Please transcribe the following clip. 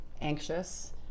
anxious